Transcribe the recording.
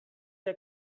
der